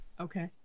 Okay